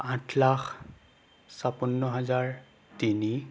আঠ লাখ ছাপন্ন হাজাৰ তিনি